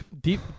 Deep